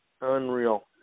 Unreal